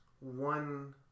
one